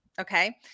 Okay